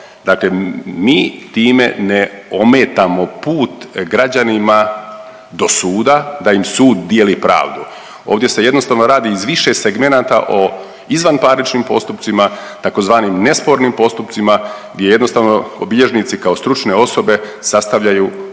dakle mi time ne ometamo put građanima do suda da im sud dijeli pravdu. Ovdje se jednostavno radi iz više segmenata o izvanparničnim postupcima tzv. nespornim postupcima gdje jednostavno bilježnici kao stručne osobe sastavljaju određena